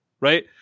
Right